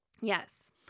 Yes